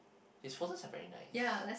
his photos are very nice